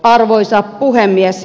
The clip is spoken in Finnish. arvoisa puhemies